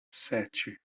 sete